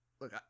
Look